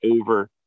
over